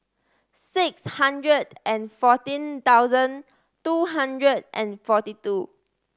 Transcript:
six hundred and fourteen thousand two hundred and forty two